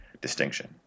distinction